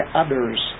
others